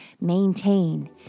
maintain